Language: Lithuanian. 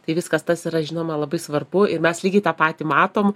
tai viskas tas yra žinoma labai svarbu ir mes lygiai tą patį matom